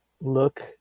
look